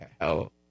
hell